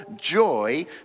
joy